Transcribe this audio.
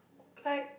like